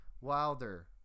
Wilder